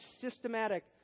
systematic